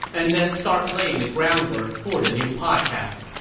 and then start laying the groundwork for the new podcast.